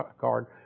card